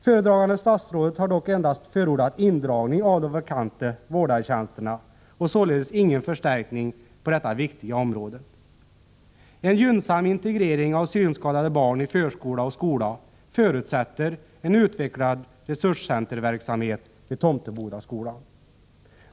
Föredragande statsrådet har dock endast förordat indragning av de vakanta vårdartjänsterna och således ingen förstärkning på detta viktiga område. En gynnsam integrering av synskadade barn i förskola och skola förutsätter en utvecklad resurscenterverksamhet vid Tomtebodaskolan.